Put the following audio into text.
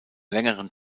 längeren